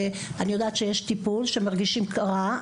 אני יודעת שיש טיפול שמרגישים רע,